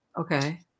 Okay